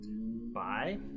Bye